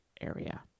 area